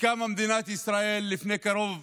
כשקמה מדינת ישראל לפני קרוב